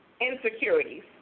insecurities